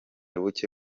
buke